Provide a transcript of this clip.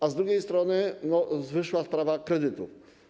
A z drugiej strony wyszła sprawa kredytu.